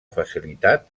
facilitat